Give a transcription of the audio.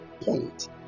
point